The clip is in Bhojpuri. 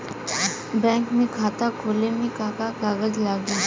बैंक में खाता खोले मे का का कागज लागी?